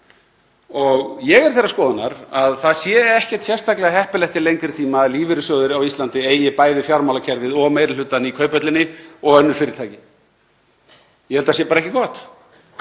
Ég er þeirrar skoðunar að það sé ekkert sérstaklega heppilegt til lengri tíma að lífeyrissjóðir á Íslandi eigi bæði fjármálakerfið og meiri hlutann í Kauphöllinni og önnur fyrirtæki. Ég held að það sé bara ekki gott.